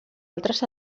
altres